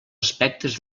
aspectes